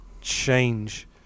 change